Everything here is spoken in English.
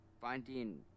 finding